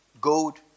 gold